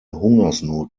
hungersnot